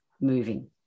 moving